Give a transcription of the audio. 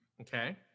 Okay